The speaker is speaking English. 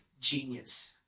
genius